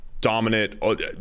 Dominant